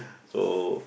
so